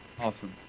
Awesome